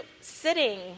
sitting